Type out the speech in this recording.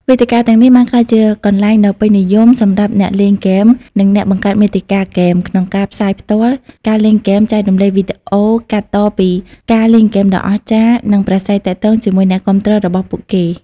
វេទិកាទាំងនេះបានក្លាយជាកន្លែងដ៏ពេញនិយមសម្រាប់អ្នកលេងហ្គេម និងអ្នកបង្កើតមាតិកាហ្គេម ក្នុងការផ្សាយផ្ទាល់ ការលេងហ្គេម ចែករំលែកវីដេអូកាត់តពីការលេងហ្គេមដ៏អស្ចារ្យ និងប្រាស្រ័យទាក់ទងជាមួយអ្នកគាំទ្ររបស់ពួកគេ។